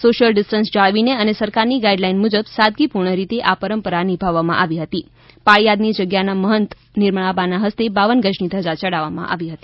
social distance જાળવીને અને સરકારની ગાઈડલાઈન મુજબ સાદગીપૂર્ણ રીતે આ પરંપરા નિભાવવામાં આવી હતી પાળિયાદની જગ્યાના મહંત નિર્મળા બાના હસ્તે બાવન ગજની ધજા ચડાવવામાં આવી હતી